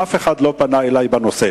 אף אחד לא פנה אלי בנושא.